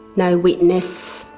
no witness,